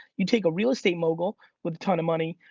you take a real estate mogul with a ton of money,